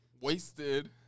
Wasted